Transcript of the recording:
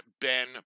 Ben